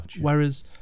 Whereas